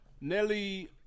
Nelly